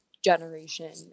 generation